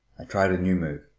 i tried a new move.